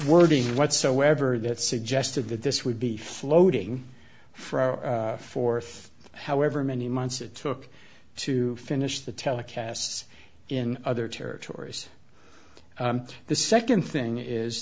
wording whatsoever that suggested that this would be floating for a fourth however many months it took to finish the telecast in other territories the second thing is